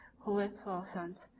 who with four sons,